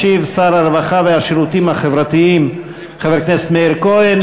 ישיב שר הרווחה והשירותים החברתיים חבר הכנסת מאיר כהן.